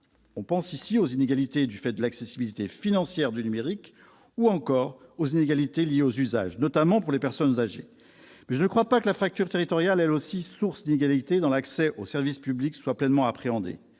Je pense aux inégalités liées à l'accessibilité financière au numérique, ou encore aux usages, notamment pour les personnes âgées. Mais je ne crois pas que la fracture territoriale, elle aussi source d'inégalités dans l'accès aux services publics, soit pleinement appréhendée.